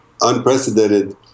unprecedented